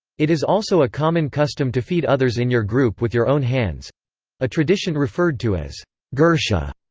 it is also a common custom to feed others in your group with your own hands a tradition referred to as gursha.